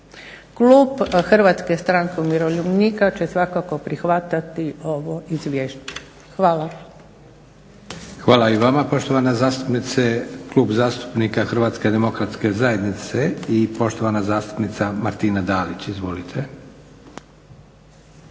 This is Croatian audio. Klub Hrvatske stranke umirovljenika će svakako prihvatiti ovo izvješće. Hvala. **Leko, Josip (SDP)** Hvala i vama poštovana zastupnice. Klub zastupnika HDZ-a i poštovana zastupnica Martina Dalić. Izvolite.